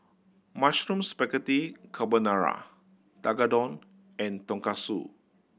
Mushroom Spaghetti Carbonara Tekkadon and Tonkatsu